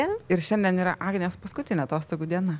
ir šiandien yra agnės paskutinė atostogų diena